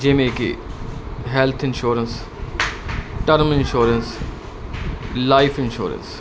ਜਿਵੇਂ ਕਿ health insurance term insurance life insurance